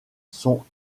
sont